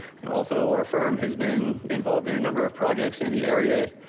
and also our firm has been involved in a number of projects in the area,